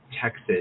Texas